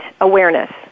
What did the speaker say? awareness